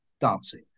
dancing